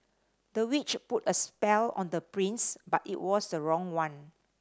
the witch put a spell on the prince but it was the wrong one